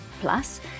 Plus